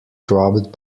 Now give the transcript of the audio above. dropped